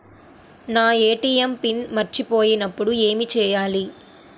నా ATM pin మర్చిపోయినప్పుడు ఏమి చేయాలి?